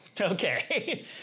Okay